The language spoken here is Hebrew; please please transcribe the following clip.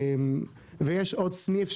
ויש עוד סניף,